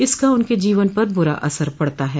इसका उनके जीवन पर बुरा असर पड़ता है